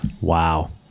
Wow